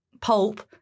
pulp